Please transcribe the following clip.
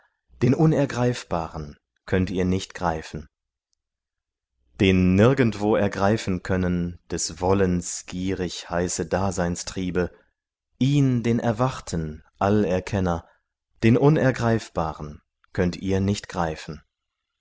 den unergreifbaren könnt ihr nicht greifen den nirgendwo ergreifen können des wollens gierig heiße daseinstriebe ihn den erwachten allerkenner den unergreifbaren könnt ihr nicht greifen